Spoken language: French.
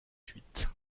huit